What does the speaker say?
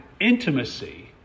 intimacy